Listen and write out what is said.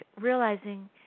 realizing